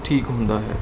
ਠੀਕ ਹੁੰਦਾ ਹੈ